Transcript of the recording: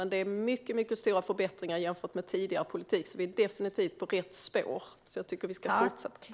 Men det har skett mycket stora förbättringar jämfört med tidigare politik, så vi är definitivt på rätt spår.